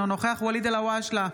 אינו נוכח ואליד אלהואשלה,